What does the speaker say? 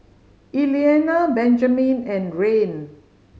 Eliana Benjamin and Rayne